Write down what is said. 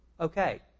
Okay